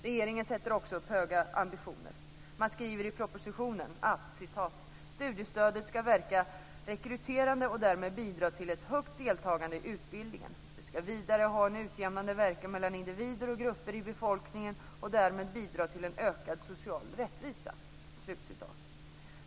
Regeringen sätter också upp höga ambitioner. Man skriver i propositionen att studiestödet ska verka rekryterande och därmed bidra till ett högt deltagande i utbildningen. Det ska vidare ha en utjämnande verkan mellan individer och grupper i befolkningen och därmed bidra till en ökad social rättvisa.